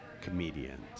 comedians